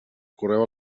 correu